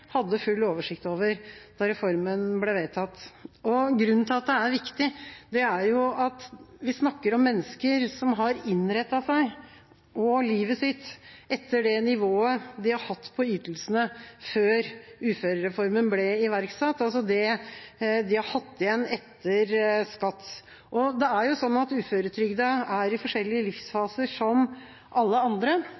hadde full oversikt over da reformen ble vedtatt. Grunnen til at det er viktig, er jo at vi snakker om mennesker som har innrettet seg og livet sitt etter det nivået de har hatt på ytelsene før uførereformen ble iverksatt, altså det de har hatt igjen etter skatt. Det er jo sånn at uføretrygdede er i forskjellige livsfaser, som alle andre,